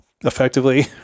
effectively